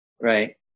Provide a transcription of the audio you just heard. right